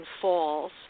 falls